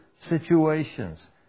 situations